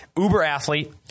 Uber-athlete